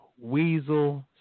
Weasel